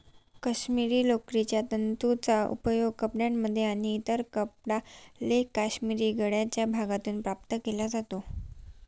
काश्मिरी लोकरीच्या तंतूंचा उपयोग कपड्यांमध्ये आणि इतर कपडा लेख काश्मिरी गळ्याच्या भागातून प्राप्त केला जातो